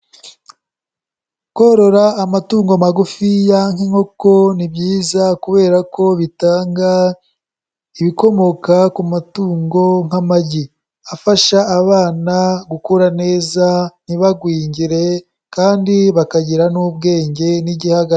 Korora amatungo magufiya nk'inkoko ni byiza kubera ko bitanga ibikomoka ku matungo nk'amagi afasha abana gukura neza; ntibagwingire kandi bakagira n'ubwenge n'igihagararo.